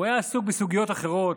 הוא היה עסוק בסוגיות אחרות,